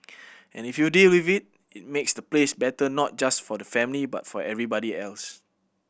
and if you deal with it it makes the place better not just for the family but for everybody else